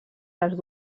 les